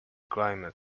climate